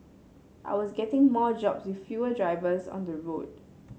I was getting more jobs with fewer drivers on the road